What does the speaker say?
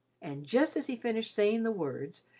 and just as he finished saying the words,